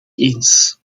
eens